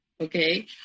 okay